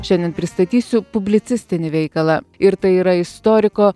šiandien pristatysiu publicistinį veikalą ir tai yra istoriko